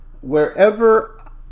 wherever